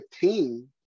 team